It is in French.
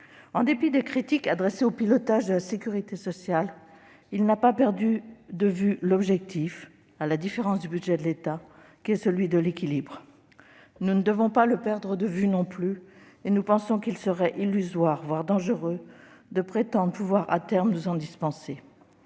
En dépit des critiques adressées au pilotage de la sécurité sociale, celui-ci n'a pas perdu de vue l'objectif de l'équilibre, à la différence du budget de l'État. Nous ne devons pas le perdre de vue non plus ; nous pensons qu'il serait illusoire, voire dangereux, de prétendre pouvoir à terme nous en dispenser.